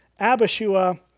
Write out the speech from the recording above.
Abishua